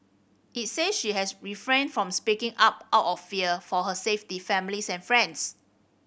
it said she has refrained from speaking up out of fear for her safety families and friends